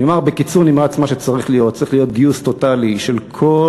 אני אומר בקיצור נמרץ מה שצריך להיות: צריך להיות גיוס טוטלי של כל